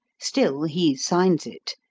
still he signs it,